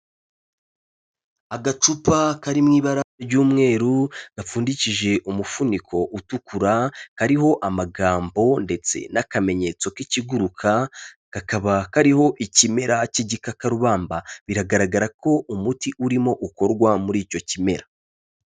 Agacupa kari mu ibara ry'umweru, gapfundikije umufuniko utukura kariho amagambo ndetse n'akamenyetso k'ikiguruka, kakaba kariho ikimera cy'igikakarubamba biragaragara ko umuti urimo ukorwa muri icyo kimera.